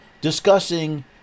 discussing